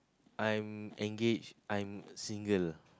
I'm engaged I'm single